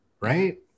right